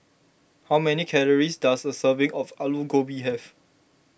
how many calories does a serving of Alu Gobi have